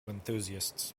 enthusiasts